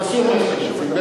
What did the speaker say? עשו מה שאתם רוצים.